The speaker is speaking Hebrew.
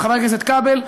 חבר הכנסת כבל,